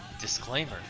Disclaimer